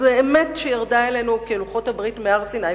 אמת שירדה אלינו כלוחות הברית מהר-סיני,